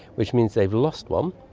which means they've lost one,